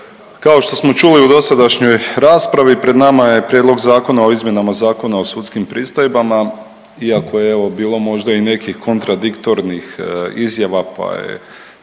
kao što smo čuli u dosadašnjoj raspravi pred nama je Prijedlog Zakona o izmjenama Zakona o sudskim pristojbama iako je evo bilo možda i nekih kontradiktornih izjava pa je